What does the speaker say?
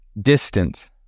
distant